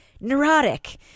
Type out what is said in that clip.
neurotic